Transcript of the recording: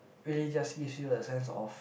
really just gives you a sense of